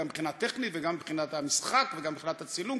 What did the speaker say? גם מבחינה טכנית וגם מבחינת המשחק וגם מבחינת הצילום.